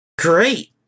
Great